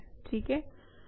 ठीक है